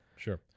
Sure